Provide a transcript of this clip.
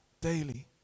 daily